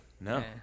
No